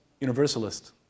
universalist